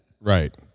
Right